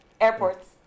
Airports